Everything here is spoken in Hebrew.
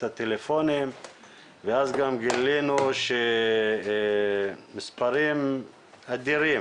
הטלפונים ואז גם גילינו שמספרים אדירים